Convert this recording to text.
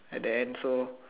at the end so